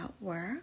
work